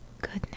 Goodness